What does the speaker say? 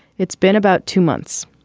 it's been about two months.